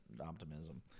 optimism